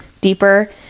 deeper